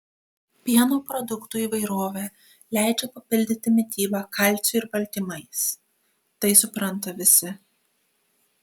pieno produktų įvairovė leidžia papildyti mitybą kalciu ir baltymais tai supranta visi